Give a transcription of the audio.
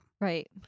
Right